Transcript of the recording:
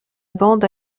bande